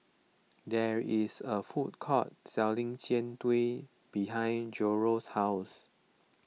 there is a food court selling Jian Dui behind Jairo's house